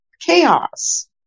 chaos